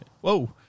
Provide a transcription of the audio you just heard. whoa